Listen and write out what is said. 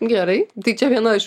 gerai tai čia viena iš